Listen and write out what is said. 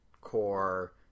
core